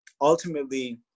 ultimately